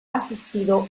asistido